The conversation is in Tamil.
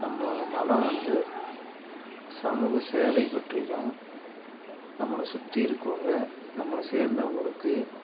நம்மளோடய மதம் வந்து சமூக சேவை பற்றியும் நம்மளை சுற்றி இருக்கறவுங்க நம்மளை சேர்ந்தவங்களுக்கு